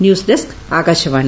news desk Akashvani